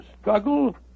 struggle